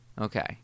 Okay